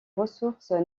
ressources